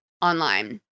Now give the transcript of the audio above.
online